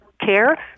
care